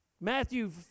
Matthew